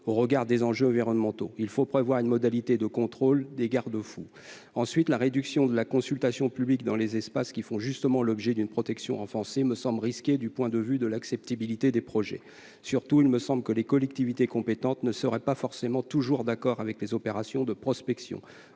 au regard des enjeux environnementaux. Il faut prévoir une modalité de contrôle, des garde-fous. Ensuite, la réduction de la consultation du public dans des espaces qui font justement l'objet d'une protection renforcée me semble risquée du point de vue de l'acceptabilité des projets. Surtout, il me semble que les collectivités compétentes ne seraient pas forcément toujours d'accord avec ces opérations de prospection,